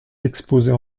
exposées